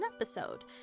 episode